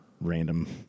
random